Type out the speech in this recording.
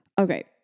Okay